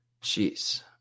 Jeez